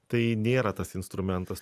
tai nėra tas instrumentas